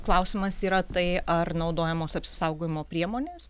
klausimas yra tai ar naudojamos apsisaugojimo priemonės